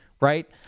right